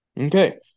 Okay